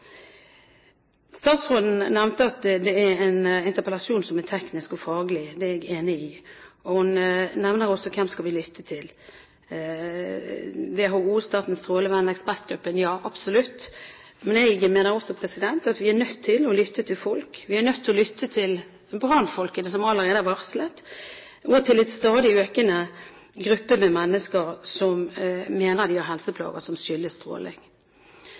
Statsråden nevnte at det er en interpellasjon som er teknisk og faglig. Det er jeg enig i. Hun sier også: Hvem skal vi lytte til – WHO, Statens strålevern, ekspertgruppen? Ja, absolutt. Men jeg mener også at vi er nødt til å lytte til folk. Vi er nødt til å lytte til brannfolkene, som allerede er varslet, og til en stadig økende gruppe med mennesker som mener de har helseplager som skyldes stråling.